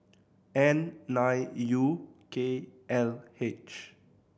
N nine U K L H